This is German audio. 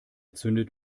zündet